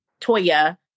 Toya